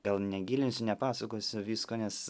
gal negilinsiu nepasakosiu visko nes